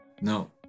No